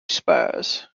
spurs